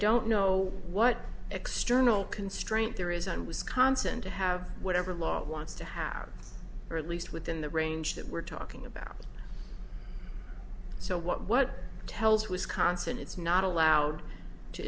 don't know what external constraint there is and wisconsin to have whatever law it wants to have or at least within the range that we're talking about so what what tells wisconsin it's not allowed to